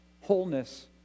wholeness